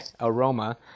aroma